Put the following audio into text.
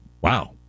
Wow